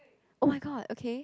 oh-my-god okay